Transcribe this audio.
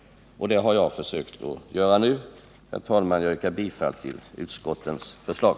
Det har jag försökt göra nu. Herr talman! Jag yrkar bifall till utskottens förslag.